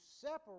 separate